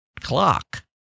clock